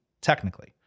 technically